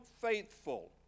faithful